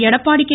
Edappadi K